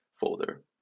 folder